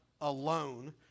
alone